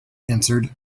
answered